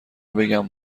بگم